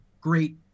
great